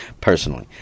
personally